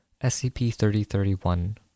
SCP-3031